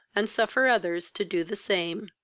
and suffer others to do the same.